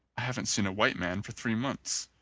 i haven't seen a white man for three months.